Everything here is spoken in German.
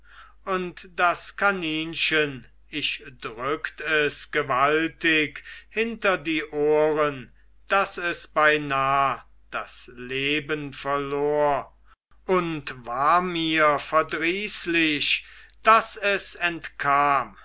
und das kaninchen ich drückt es gewaltig hinter die ohren daß es beinah das leben verlor und war mir verdrießlich daß es entkam